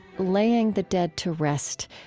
laying the dead to rest.